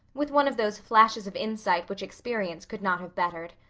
with one of those flashes of insight which experience could not have bettered.